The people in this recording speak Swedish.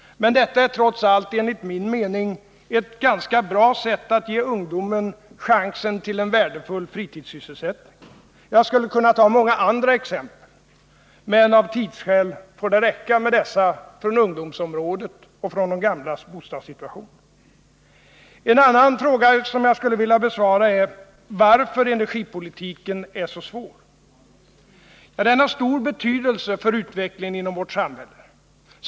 Men detta är trots allt enligt min mening ett ganska bra sätt att ge ungdomen chansen till en värdefull fritidssysselsättning. Jag skulle kunna ta många andra exempel, men av tidsskäl får det räcka med dessa från ungdomsområdet och från de gamlas bostadssituation. En annan fråga som jag skulle vilja besvara är varför energipolitiken är så svår. Den har stor betydelse för utvecklingen inom vårt samhälle.